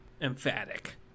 emphatic